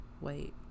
Wait